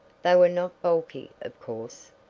they were not bulky, of course.